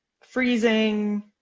freezing